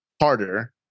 harder